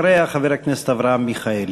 אחריה, חבר הכנסת אברהם מיכאלי.